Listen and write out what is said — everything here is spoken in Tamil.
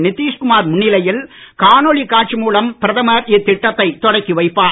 நித்திஷ் குமார் முன்னிலையில் காணொளி காட்சி மூலம் பிரதமர் இத்திட்டத்தை தொடக்கி வைப்பார்